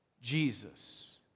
Jesus